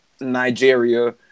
Nigeria